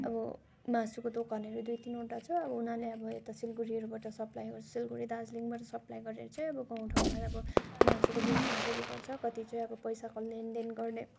अब मासुको दोकानहरू दुई तिनवटा छ अनि उनीहरूले अब यता सिलगडीहरूबाट सप्लाई सिलगडी दार्जिलिङबाट सप्लाई गरेर चाहिँ अब गाउँ ठाउँमा मासुको बिजनेसहरू गर्छ कति चाहिँ अब पैसाको लेनदेन गर्ने